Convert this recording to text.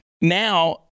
now